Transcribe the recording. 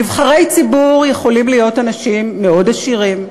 נבחרי ציבור יכולים להיות אנשים מאוד עשירים,